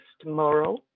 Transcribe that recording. tomorrow